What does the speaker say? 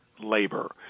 labor